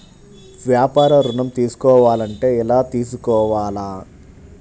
వ్యాపార ఋణం తీసుకోవాలంటే ఎలా తీసుకోవాలా?